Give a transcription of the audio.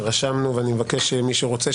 רשמנו ואני מבקש שמי שרוצה,